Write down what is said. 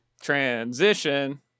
transition